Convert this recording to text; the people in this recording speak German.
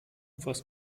was